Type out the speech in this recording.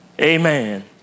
Amen